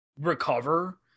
recover